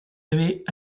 avaient